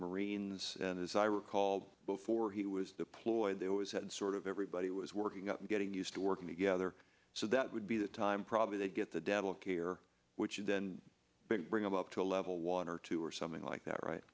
marines and as i recall before he was deployed they always had sort of everybody was working up getting used to working together so that would be the time probably they get the dental care which would then bring him up to a level one or two or something like that right